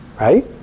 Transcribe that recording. right